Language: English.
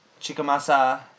Chikamasa